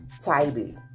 tidy